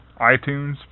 iTunes